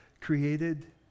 created